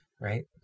Right